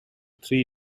three